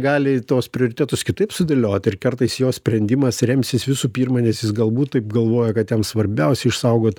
gali tuos prioritetus kitaip sudėliot ir kartais jo sprendimas remsis visų pirma nes jis galbūt taip galvoja kad jam svarbiausia išsaugot